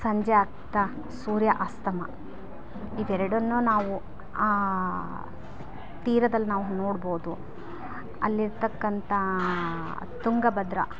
ಸಂಜೆ ಆಗ್ತಾ ಸೂರ್ಯ ಅಸ್ತಮ ಇವೆರಡನ್ನು ನಾವು ತೀರದಲ್ಲಿ ನಾವು ನೋಡ್ಬೋದು ಅಲ್ಲಿರತಕ್ಕಂಥ ತುಂಗಭದ್ರಾ